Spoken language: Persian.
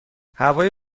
هوای